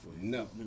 No